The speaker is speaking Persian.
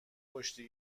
کشتی